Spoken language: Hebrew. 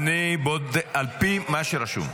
על פי מה שרשום.